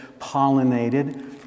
pollinated